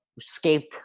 escaped